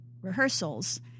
rehearsals